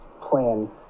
plan